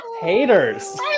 Haters